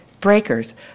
Breakers